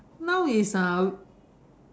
now is uh